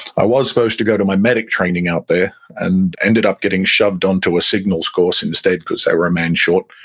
i was supposed to go to my medic training out there and ended up getting shoved onto a signals course instead because they were a man short